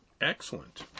Excellent